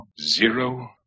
zero